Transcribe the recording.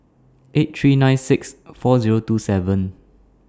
eight three nine six four Zero two seven